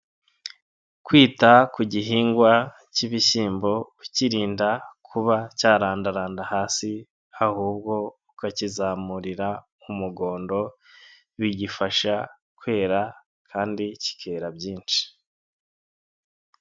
Kwita ku gihingwa k'ibishyimbo ukiririnda kuba cyarandaranda hasi, ahubwo ukakizamurira umugondo bigifasha kwera, kandi kikera byinshi.